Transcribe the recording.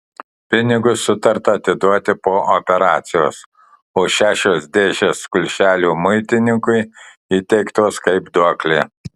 pinigus sutarta atiduoti po operacijos o šešios dėžės kulšelių muitininkui įteiktos kaip duoklė